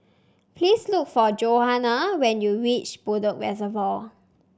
please look for Johnna when you reach Bedok Reservoir